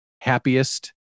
happiest